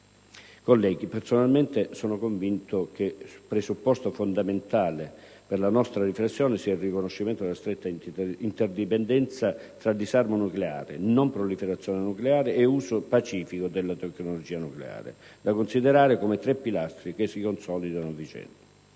Colleghi, personalmente sono convinto che presupposto fondamentale per la nostra riflessione sia il riconoscimento della stretta interdipendenza tra disarmo nucleare, non proliferazione nucleare e uso pacifico della tecnologia nucleare, da considerare come tre pilastri che si consolidano a vicenda.